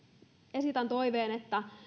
esitän toiveen